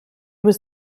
was